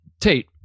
Tate